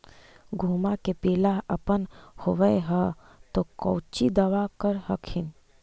गोहुमा मे पिला अपन होबै ह तो कौची दबा कर हखिन?